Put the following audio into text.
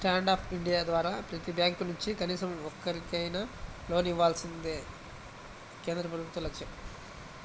stand up India ద్వారా ప్రతి bank నుంచి కనీసం ఒక్కరికైనా లోన్ ఇవ్వాలన్నదే కేంద్ర ప్రభుత్వ లక్ష్యం